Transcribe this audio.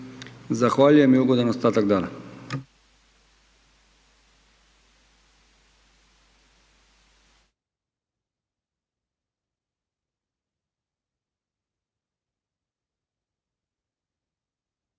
Zahvaljujem i ugodan ostatak dana.